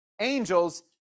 angels